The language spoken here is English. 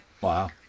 Wow